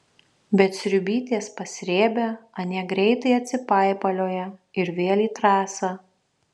bet sriubytės pasrėbę anie greitai atsipaipalioja ir vėl į trasą